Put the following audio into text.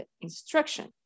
instruction